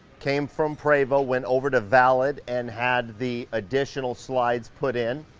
came from prevost went over to valid and had the additional slides put in.